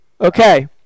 Okay